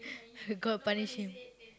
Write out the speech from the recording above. god punish him